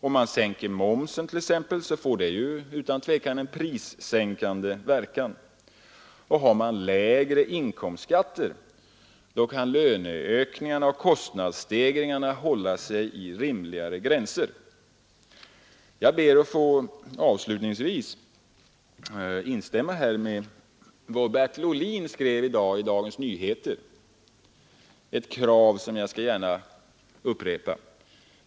Om man t.ex. sänker momsen, får det utan tvivel en prissänkande verkan. Har man lägre inkomstskatter kan löneökningarna och kostnadsstegringarna hålla sig inom rimligare gränser. Jag ber avslutningsvis att få instämma i vad Bertil Ohlin skrev i dag i Dagens Nyheter, där han framförde ett krav som jag gärna skall upprepa.